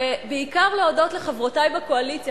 ובעיקר להודות לחברותי בקואליציה,